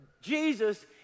Jesus